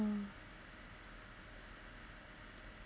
mm